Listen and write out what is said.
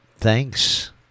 Thanks